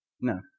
No